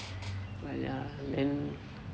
but ya and